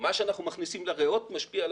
ומה שאנחנו מכניסים לריאות משפיע על